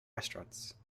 restaurants